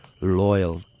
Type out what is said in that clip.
loyal